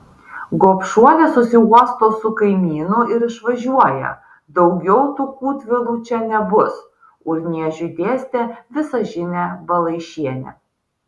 gobšuolė susiuosto su kaimynu ir išvažiuoja daugiau tų kūtvėlų čia nebus urniežiui dėstė visažinė balaišienė